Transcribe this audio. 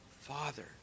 Father